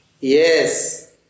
Yes